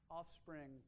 offspring